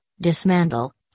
dismantle